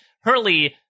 Hurley